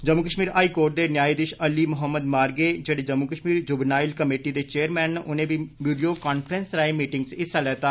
Jammu Kashmir high court दे न्यायधीश अली मोहम्मद मारगे जेहड़ेजम्मू कश्मीर जुवनायल कमेटी दे चेयरगैन न उनें बी वीडियो कांफ्रेंस राए मीटिंग च हिस्सा लैता